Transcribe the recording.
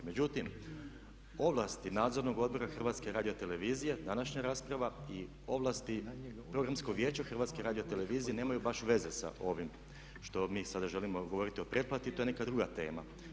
Međutim, ovlasti Nadzornog odbora HRT-a, današnja rasprava i ovlasti programskog vijeća HRT-a nemaju baš veze sa ovim što mi sada želimo govoriti o pretplati, to je neka druga tema.